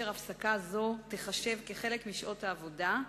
הפסקה זו תיחשב חלק משעות העבודה,